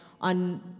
on